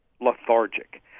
lethargic